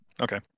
okay